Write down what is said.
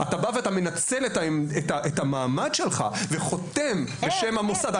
אתה בא ואתה מנצל את המעמד שלך וחותם בשם המוסד,